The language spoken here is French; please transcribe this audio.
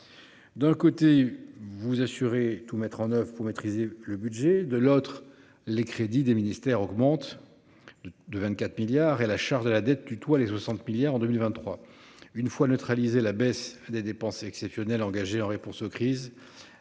D'un côté vous assurer tout mettre en oeuvre pour maîtriser le budget de l'autre les crédits des ministères augmente. De 24 milliards et la charge de la dette tutoie les 60 milliards en 2023. Une fois neutralisé la baisse des dépenses exceptionnelles engagées en réponse aux crises.